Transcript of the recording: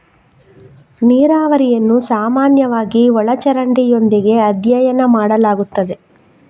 ನೀರಾವರಿಯನ್ನು ಸಾಮಾನ್ಯವಾಗಿ ಒಳ ಚರಂಡಿಯೊಂದಿಗೆ ಅಧ್ಯಯನ ಮಾಡಲಾಗುತ್ತದೆ